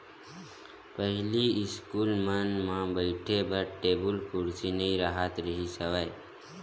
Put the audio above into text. पहिली इस्कूल मन म बइठे बर टेबुल कुरसी नइ राहत रिहिस हवय